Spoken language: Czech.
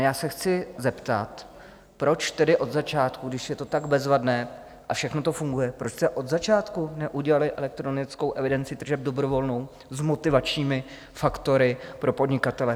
Já se chci zeptat: Proč tedy od začátku, když je to tak bezvadné a všechno to funguje, proč jste od začátku neudělali elektronickou evidenci tržeb dobrovolnou s motivačními faktory pro podnikatele?